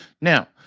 Now